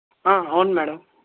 అవును మేడం